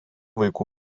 vaikų